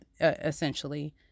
essentially